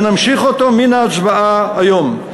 ונמשיך אותו מן ההצבעה היום.